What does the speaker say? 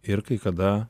ir kai kada